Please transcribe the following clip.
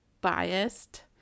biased